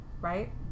right